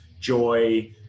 joy